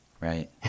Right